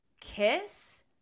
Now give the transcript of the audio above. kiss